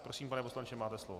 Prosím, pane poslanče, máte slovo.